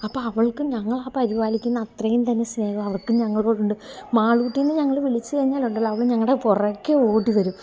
അപ്പോള് അവൾക്കും ഞങ്ങളാ പരിപാലിക്കുന്ന അത്രയും തന്നെ സ്നേഹം അവൾക്കും ഞങ്ങളോടുണ്ട് മാളൂട്ടി എന്ന് ഞങ്ങൾ വിളിച്ച് കഴിഞ്ഞാലുണ്ടല്ലോ അവള് ഞങ്ങളുടെ പുറകേ ഓടിവരും